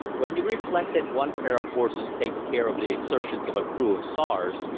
when you reflect that one pair of horses takes care of the exertions of a crew of sawyers,